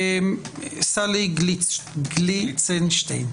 סאלי גליצנשטיין.